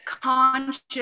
conscious